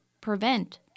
prevent